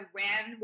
ran